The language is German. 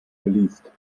geleast